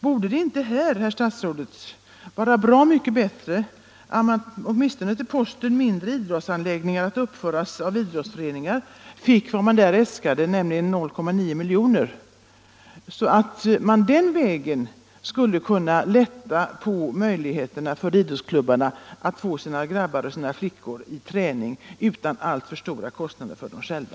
Vore det inte bra mycket bättre om man åtminstone fick vad som äskas under posten Mindre idrottsanläggningar att uppföras av idrottsföreningar, nämligen 0,9 miljoner, för att den vägen idrottsklubbarna skall ha större möjligheter att ge sina grabbar och flickor träning utan alltför stora ekonomiska kostnader för dem själva?